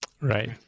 Right